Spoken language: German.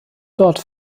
dort